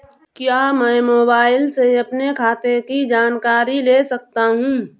क्या मैं मोबाइल से अपने खाते की जानकारी ले सकता हूँ?